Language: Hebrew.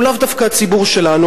הוא לאו דווקא הציבור שלנו,